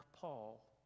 Paul